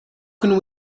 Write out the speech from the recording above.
can